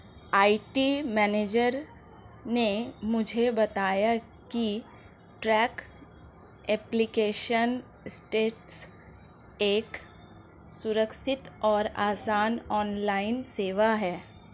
IT manager ने मुझे बताया की ट्रैक एप्लीकेशन स्टेटस एक सुरक्षित और आसान ऑनलाइन सेवा है